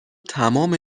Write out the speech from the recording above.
تمام